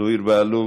זוהיר בהלול,